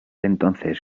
entonces